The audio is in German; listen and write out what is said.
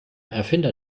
erfinder